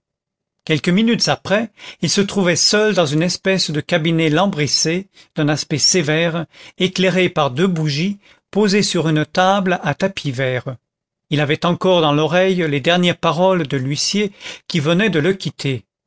quelques minutes après il se trouvait seul dans une espèce de cabinet lambrissé d'un aspect sévère éclairé par deux bougies posées sur une table à tapis vert il avait encore dans l'oreille les dernières paroles de l'huissier qui venait de le quitter